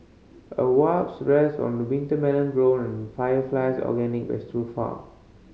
a wasp rests on a winter melon grown on Fire Flies organic vegetable farm